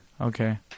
Okay